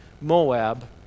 Moab